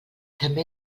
també